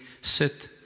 sit